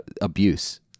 abuse